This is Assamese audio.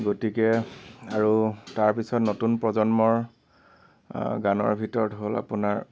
গতিকে আৰু তাৰ পিছত নতুন প্ৰজন্মৰ গানৰ ভিতৰত হ'ল আপোনাৰ